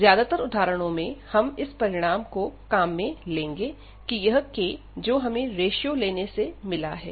ज्यादातर उदाहरणों में हम इस परिणाम को काम में लेंगे की यह k जो हमें रेश्यो लेने से मिला है